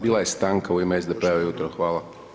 Bila je stanka u ime SDP-a ujutro, hvala.